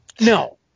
No